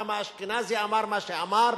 למה אשכנזי אמר מה שאמר?